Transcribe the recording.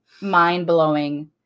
mind-blowing